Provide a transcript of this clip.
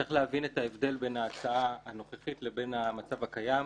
צריך להבין את ההבדל בין ההצעה הנוכחית לבין המצב הקיים.